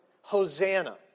Hosanna